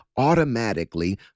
automatically